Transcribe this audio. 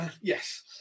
Yes